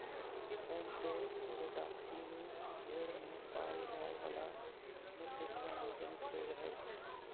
enterotoxaemia भेड़ में पाल जाय वला मुख्य जीवाणु जनित रोग हइ